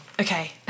Okay